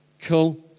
Cool